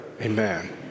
amen